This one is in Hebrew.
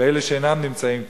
ולאלה שאינם נמצאים כאן,